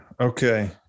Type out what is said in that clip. Okay